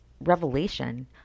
revelation